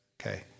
Okay